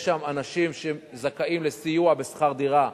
יש שם אנשים שהם זכאים לסיוע בשכר דירה,